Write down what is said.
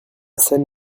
scène